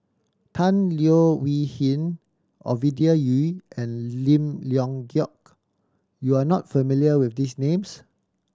Tan Leo Wee Hin Ovidia Yu and Lim Leong Geok you are not familiar with these names